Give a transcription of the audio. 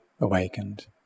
awakened